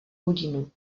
hodinu